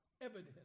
Evidence